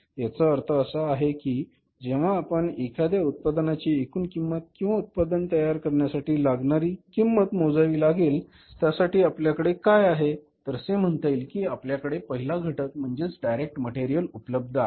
याचा अर्थ असा की जेव्हा आपण एखाद्या उत्पादनाची एकूण किंमत किंवा उत्पादन तयार करण्यासाठी लागलेली किंमत मोजावी लागेल त्यासाठी आता आपल्याकडे काय आहे तर असे म्हणता येईल कि आपल्याकडे पहिला घटक म्हणजेच डायरेक्ट मटेरियल उपलब्ध आहे